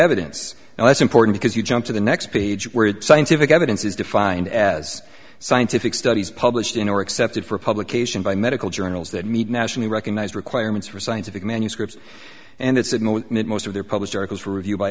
evidence and that's important because you jump to the next page where scientific evidence is defined as scientific studies published in or accepted for publication by medical journals that meet nationally recognized requirements for scientific manuscripts and it's of note that most of their publi